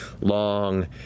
long